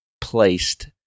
placed